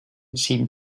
seemed